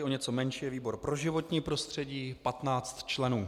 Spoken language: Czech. O něco menší je výbor pro životní prostředí 15 členů.